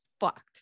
fucked